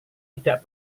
tidak